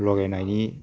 ल'गायनायनि